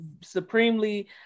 supremely